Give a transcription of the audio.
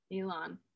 Elon